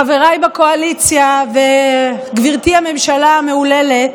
חבריי בקואליציה וגברתי הממשלה המהוללת,